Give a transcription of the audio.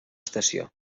estació